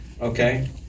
okay